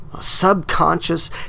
subconscious